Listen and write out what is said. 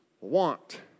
want